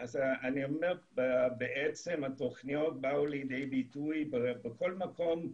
אני אומר שהתוכניות באו לידי ביטוי בכל מקום.